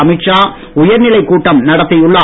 அமித் ஷா உயர்நிலைக் கூட்டம் நடத்தியுள்ளார்